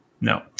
no